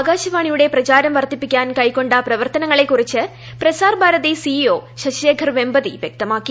ആകാശവാണിയുടെ പ്രചാരം വർദ്ധീപ്പിക്കാൻ കൈക്കൊണ്ട പ്രവർത്തനങ്ങളെ കുറിച്ച് പ്രസാർ ഭൂര്യി ് C E O Shashishekhar Vempati വ്യക്തമാക്കി